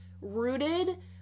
rooted